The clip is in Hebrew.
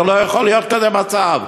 לא יכול להיות כזה מצב.